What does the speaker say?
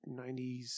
90s